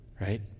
right